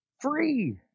Free